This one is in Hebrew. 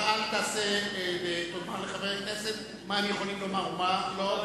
אתה אל תעשה ותאמר לחברי כנסת מה הם יכולים לומר ומה לא.